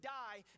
die